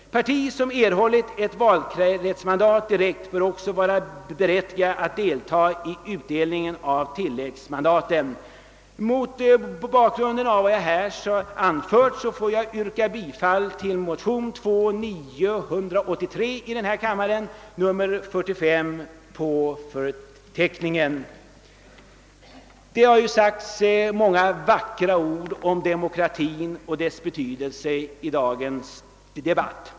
Parti som erhållit ett valkretsmandat direkt bör också vara berättigat att delta i utdelningen av tilläggsmandaten. Mot bakgrunden av vad jag här anfört yrkar jag bifall till motionen II: 983, nr 45 i förteckningen. Det har sagts många vackra ord om demokratin och dess betydelse i dagens debatt.